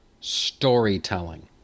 storytelling